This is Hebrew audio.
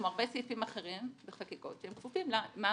כמו הרבה סעיפים אחרים בחקיקות שהם כפופים למעמד